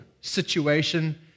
situation